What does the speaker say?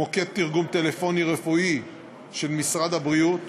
מוקד תרגום טלפוני רפואי של משרד הבריאות,